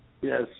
Yes